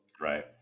Right